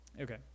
okay